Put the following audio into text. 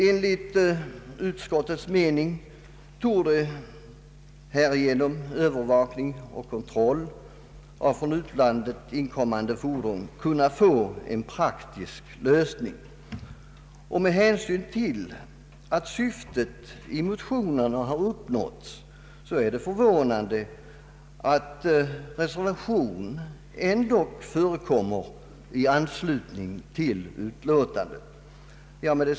Enligt utskottets mening torde härigenom problemet med övervakning och kontroll av från utlandet inkommande fordon kunna få en praktisk lösning. Med hänsyn till att syftet med motionerna har uppnåtts är det förvånande att reservation ändå förekommer i anslutning till utlåtandet. Herr talman!